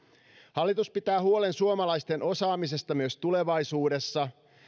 hallitus pitää huolen suomalaisten osaamisesta myös tulevaisuudessa